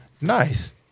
Nice